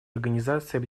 организацией